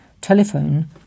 Telephone